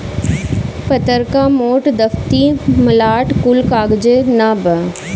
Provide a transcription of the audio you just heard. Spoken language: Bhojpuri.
पतर्का, मोट, दफ्ती, मलाट कुल कागजे नअ बाअ